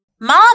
Mom